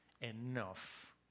enough